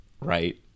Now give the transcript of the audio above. right